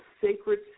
sacred